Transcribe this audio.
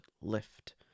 lift